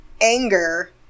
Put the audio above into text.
anger